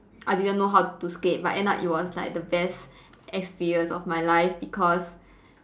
I didn't know how to skate but end up it was like the best experience of my life because